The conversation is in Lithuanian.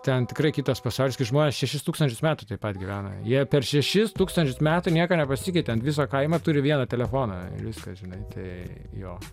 ten tikrai kitas pasauliskai žmonės šešis tūkstančius metų taip pat gyvena jie per šešis tūkstančius metų nieko nepasikeitė ant viso kaimo turi vieną telefoną viską žinai tai jo